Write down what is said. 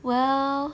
well